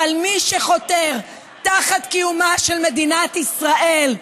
אבל מי שחותר תחת קיומה של מדינת ישראל,